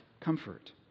comfort